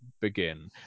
begin